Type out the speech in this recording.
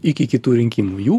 iki kitų rinkimų jų